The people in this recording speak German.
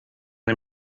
dem